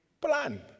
plan